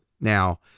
now